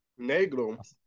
Negro